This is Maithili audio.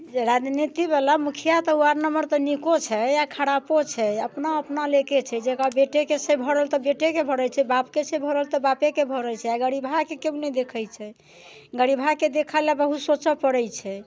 जे राजनीतिवला मुखिआ तऽ वार्ड नंबर तऽ नीको छै आओर खरापो छै अपना अपना लेके एके छै जकर बेटेके छै भरल तऽ बेटेके भरै छै आओर बापके छै भरल तऽ बापेके भरै छै आओर गरीबहाके केओ नहि देखै छै गरीबहाके देखऽ लए बहुत सोचऽ पड़ै छै